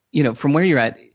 you know from where you're at,